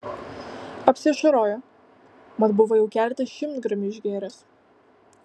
apsiašarojo mat buvo jau keletą šimtgramių išgėręs